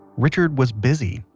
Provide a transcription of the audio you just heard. richard was busy.